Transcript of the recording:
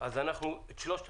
אנחנו נדון בשלושת